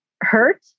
hurt